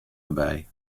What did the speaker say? derby